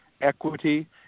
equity